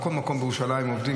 בכל מקום בירושלים עובדים,